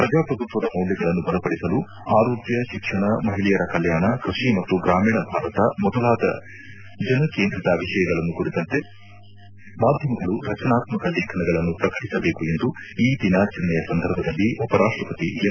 ಪ್ರಜಾಪ್ರಭುತ್ವದ ಮೌಲ್ಯಗಳನ್ನು ಬಲಪದಿಸಲು ಆರೋಗ್ಯ ಶಿಕ್ಷಣ ಮಹಿಳೆಯರ ಕಲ್ಯಾಣ ಕೃಷಿ ಮತ್ತು ಗ್ರಾಮೀಣ ಭಾರತ ಮೊದಲಾದ ಜನಕೇಂದ್ರಿತ ವಿಷಯಗಳನ್ನು ಕುರಿತಂತೆ ಮಾಧ್ಯಮಗಳು ರಚನಾತ್ಮಕ ಲೇಖನಗಳನ್ನು ಪ್ರಕಟಿಸಬೇಕು ಎಂದು ಈ ದಿನಾಚರಣೆಯ ಸಂದರ್ಭದಲ್ಲಿ ಉಪರಾಷ್ಟಪತಿ ಎಂ